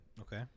Okay